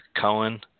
Cohen